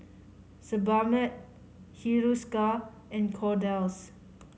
Sebamed Hiruscar and Kordel's